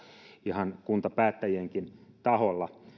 ihan kuntapäättäjienkin taholla